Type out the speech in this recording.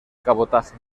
cabotaje